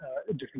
different